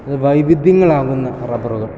വൈവിധ്യങ്ങളാകുന്ന റബ്ബറുകൾ